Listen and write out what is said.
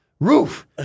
Roof